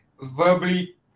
verbally